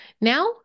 Now